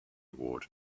ward